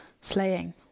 slaying